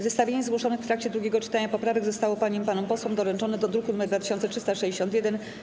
Zestawienie zgłoszonych w trakcie drugiego czytania poprawek zostało paniom i panom posłom doręczone do druku nr 2361.